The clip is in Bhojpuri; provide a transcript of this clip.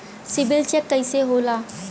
सिबिल चेक कइसे होला?